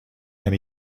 and